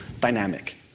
dynamic